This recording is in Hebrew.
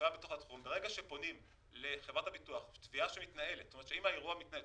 שברגע שפונים לחברת הביטוח בתביעה שמתנהלת אם האירוע מתנהל,